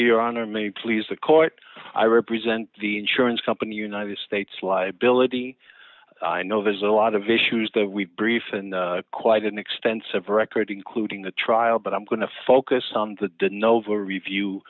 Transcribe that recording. you your honor may i please the court i represent the insurance company united states liability i know there's a lot of issues that we brief and quite an extensive record including the trial but i'm going to focus on the nova review